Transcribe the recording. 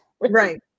Right